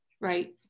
Right